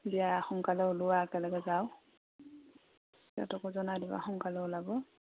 দিয়া সোনকালে ওলোৱা একেলগে যাওঁ সিহঁতকো জনাই দিবা সোনকালে ওলাব